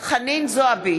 חנין זועבי,